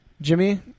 Jimmy